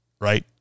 right